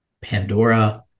Pandora